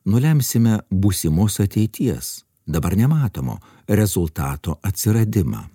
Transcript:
nulemsime būsimos ateities dabar nematomo rezultato atsiradimą